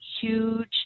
huge